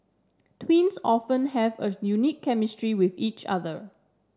twins often have a unique chemistry with each other